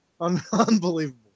Unbelievable